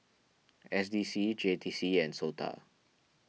S D C J T C and Sota